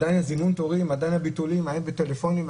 עדיין זימון התורים, עדיין הביטולים בטלפונים.